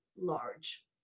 large